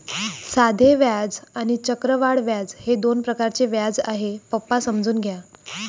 साधे व्याज आणि चक्रवाढ व्याज हे दोन प्रकारचे व्याज आहे, पप्पा समजून घ्या